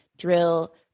Drill